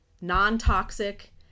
non-toxic